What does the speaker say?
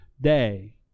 day